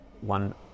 one